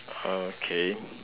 uh okay